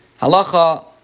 Halacha